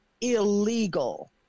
illegal